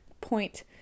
point